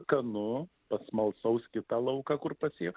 skanu pasmalsaus kitą lauką kur pasė